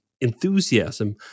enthusiasm